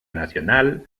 nacional